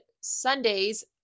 Sundays